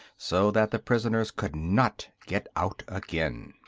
so that the prisoners could not get out again.